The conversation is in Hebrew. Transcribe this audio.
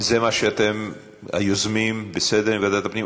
זה מה שאתם, היוזמים, בסדר עם ועדת הפנים?